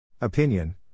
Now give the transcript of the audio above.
Opinion